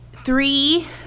three